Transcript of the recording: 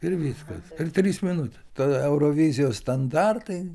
ir viskas per tris minutes tada eurovizijos standartai